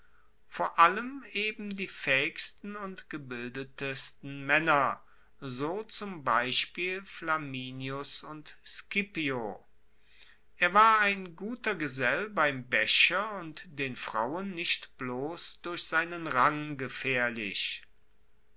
vor allem eben die faehigsten und gebildetsten maenner so zum beispiel flamininus und scipio er war ein guter gesell beim becher und den frauen nicht bloss durch seinen rang gefaehrlich